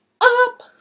up